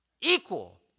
equal